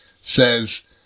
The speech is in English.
says